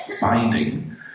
binding